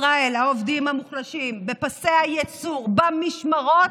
ישראל, העובדים המוחלשים בפסי הייצור, במשמרות,